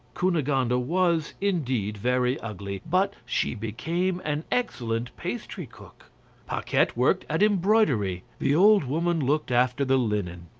cunegonde was, indeed, very ugly, but she became an excellent pastry cook paquette worked at embroidery the old woman looked after the linen.